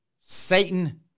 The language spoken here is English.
Satan